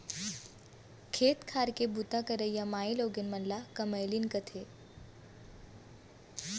खेत खार के बूता करइया माइलोगन मन ल कमैलिन कथें